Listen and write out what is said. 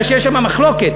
כי יש שם מחלוקת,